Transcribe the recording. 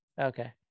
okay